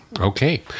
Okay